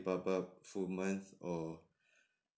baobab full month or